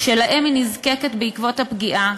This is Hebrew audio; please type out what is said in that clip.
שלהם היא נזקקת בעקבות הפגיעה,